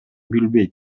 билбейт